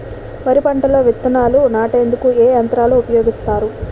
వరి పంటలో విత్తనాలు నాటేందుకు ఏ యంత్రాలు ఉపయోగిస్తారు?